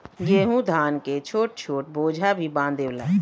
गेंहू धान के छोट छोट बोझा भी बांध देवला